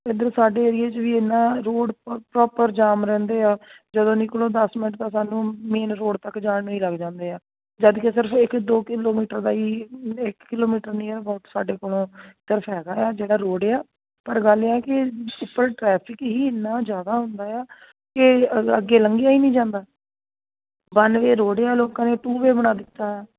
ਇੱਧਰ ਸਾਡੇ ਏਰੀਏ 'ਚ ਵੀ ਇੰਨਾ ਰੋਡ ਪ੍ਰੋਪਰ ਜਾਮ ਰਹਿੰਦੇ ਆ ਜਦੋਂ ਨਿਕਲੋਂ ਦਸ ਮਿੰਟ ਤਾਂ ਸਾਨੂੰ ਮੇਨ ਰੋਡ ਤੱਕ ਜਾਣ ਨੂੰ ਹੀ ਲੱਗ ਜਾਂਦੇ ਆ ਜਦੋਂ ਕਿ ਸਿਰਫ ਇੱਕ ਦੋ ਕਿਲੋਮੀਟਰ ਦਾ ਹੀ ਇੱਕ ਕਿਲੋਮੀਟਰ ਨੀਅਰ ਅਬਊਟ ਸਾਡੇ ਕੋਲੋਂ ਇੱਕ ਤਰਫਾ ਹੈਗਾ ਆ ਜਿਹੜਾ ਰੋਡ ਆ ਪਰ ਗੱਲ ਇਹ ਆ ਕਿ ਉੱਪਰ ਟਰੈਫਿਕ ਹੀ ਇੰਨਾ ਜ਼ਿਆਦਾ ਹੁੰਦਾ ਆ ਕਿ ਅੱਗੇ ਲੰਘਿਆ ਹੀ ਨਹੀਂ ਜਾਂਦਾ ਵਨ ਵੇਅ ਰੋਡ ਹੈ ਆ ਲੋਕਾਂ ਨੇ ਟੂ ਵੇਅ ਬਣਾ ਦਿੱਤਾ ਆ